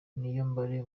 niyombare